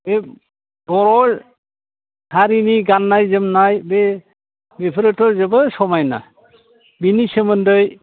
बे बर' हारिनि गाननाय जोमनाय बे बेफोरोथ' जोबोद समायना बेनि सोमोन्दै